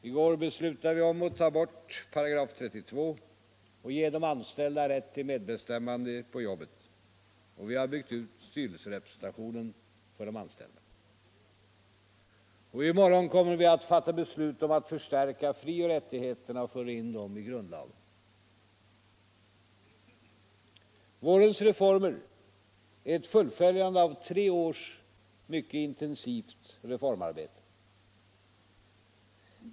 I går beslutade riksdagen att ta bort § 32 och ge de anställda rätt till medbestämmande på jobbet. Vi har byggt ut styrelserepresentationen för de anställda. I morgon kommer riksdagen att fatta beslut om att förstärka frioch rättigheterna och föra in dem i grundlagen. Våren reformer är ett fullföljande av tre års mycket intensivt reformarbete.